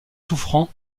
souffrant